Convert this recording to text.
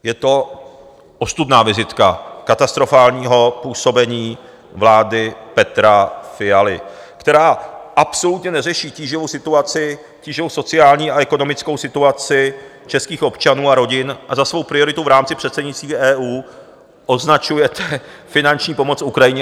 Je to ostudná vizitka katastrofálního působení vlády Petra Fialy, která absolutně neřeší tíživou situaci, tíživou sociální a ekonomickou situaci českých občanů a rodin, a za svou prioritu v rámci předsednictví EU označujete finanční pomoc Ukrajině a Ukrajincům.